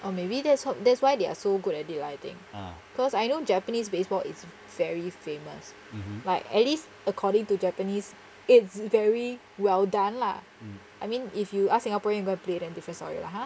or maybe that's what that's why they are so good at it lah I think cause I know japanese baseball it's very famous like at least according to japanese it's very well done lah I mean if you ask singaporean go and play then different story lah !huh!